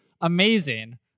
amazing